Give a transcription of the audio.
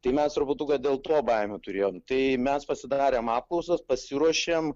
tai mes turbūt dėl to baimių turėjom tai mes pasidarėm apklausas pasiruošėm